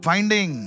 Finding